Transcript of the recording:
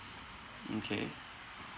mm K